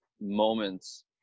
moments –